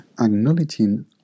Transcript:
acknowledging